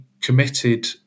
committed